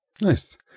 Nice